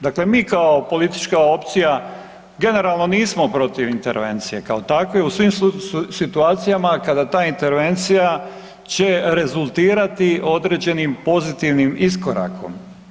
Dakle, mi kao politička opcija generalno nismo protiv intervencije kao takve u svim situacijama kada ta intervencija će rezultirati određenim pozitivnim iskorakom.